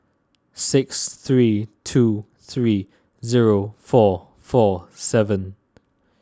six three two three zero four four seven